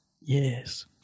Yes